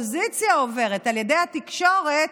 שהאופוזיציה עוברת על ידי התקשורת,